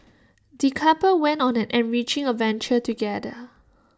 the couple went on an enriching adventure together